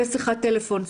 ושיחת טלפון.